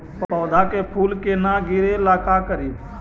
पौधा के फुल के न गिरे ला का करि?